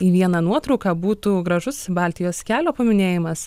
į vieną nuotrauką būtų gražus baltijos kelio paminėjimas